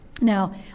Now